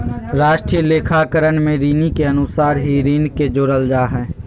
राष्ट्रीय लेखाकरण में ऋणि के अनुसार ही ऋण के जोड़ल जा हइ